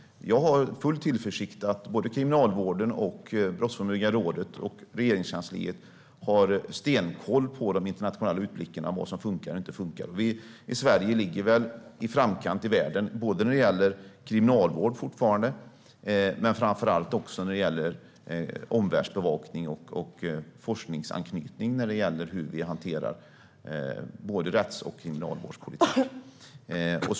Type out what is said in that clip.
Jag har full tillförsikt när det gäller att såväl Kriminalvården som Brottsförebyggande rådet och Regeringskansliet har stenkoll på de internationella utblickarna och vad som funkar och inte funkar. Sverige ligger fortfarande i framkant i världen både när det gäller kriminalvård och, framför allt, när det gäller omvärldsbevakning och forskningsanknytning när det handlar om hur vi hanterar rätts och kriminalvårdspolitik.